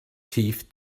tief